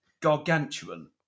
gargantuan